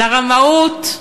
לרמאות,